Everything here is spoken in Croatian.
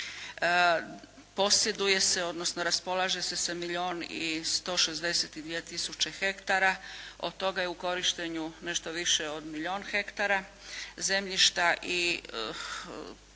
Posjeduje se, odnosno raspolaže se sa milijun i 162000 ha. Od toga je u korištenju nešto više od milijun hektara zemljišta i kako je